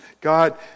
God